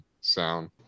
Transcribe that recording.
sound